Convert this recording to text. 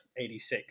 86